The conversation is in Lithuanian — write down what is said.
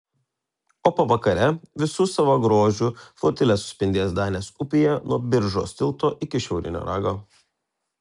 o pavakare visu savo grožiu flotilė suspindės danės upėje nuo biržos tilto iki šiaurinio rago